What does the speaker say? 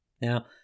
Now